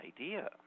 idea